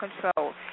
control